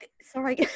sorry